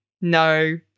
no